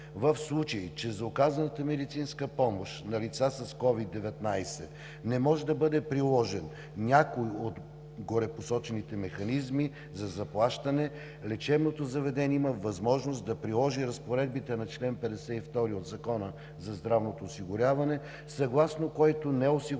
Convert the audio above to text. В случай че за оказаната медицинска помощ на лица с COVID-19 не може да бъде приложен някой от горепосочените механизми за заплащане, лечебното заведение има възможност да приложи разпоредбите на чл. 52 от Закона за здравното осигуряване, съгласно който неосигурените